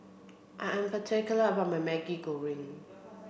I am particular about my Maggi Goreng